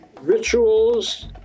rituals